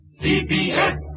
CBS